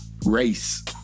race